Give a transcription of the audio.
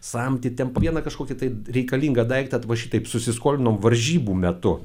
samtį ten po vieną kažkokį tai reikalingą daiktą va šitaip susiskolinom varžybų metu